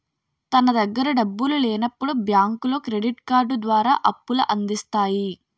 తన దగ్గర డబ్బులు లేనప్పుడు బ్యాంకులో క్రెడిట్ కార్డు ద్వారా అప్పుల అందిస్తాయి